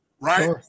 right